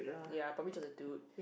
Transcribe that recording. ya probably just a dude